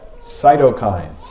cytokines